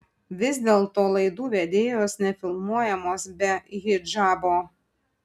vis dėlto laidų vedėjos nefilmuojamos be hidžabo